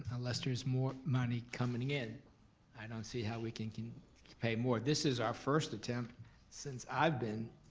unless there's more money coming in i don't see how we can can pay more. this is our first attempt since i've been